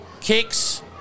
kicks